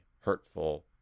hurtful